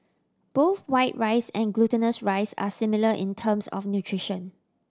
both white rice and glutinous rice are similar in terms of nutrition